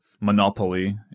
monopoly